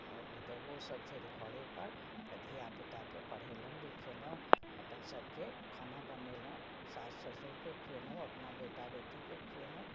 हमर पुतहुओ सब छथि घरे पर तऽ धिआपुता के पढ़ेलहुँ लिखेलहुँ अपन सबके खाना बनेलहुँ सास ससुरके खुयेलहूं अपना बेटा बेटीके खुयेलहुँ